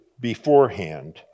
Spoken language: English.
beforehand